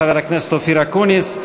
חבר הכנסת אופיר אקוניס.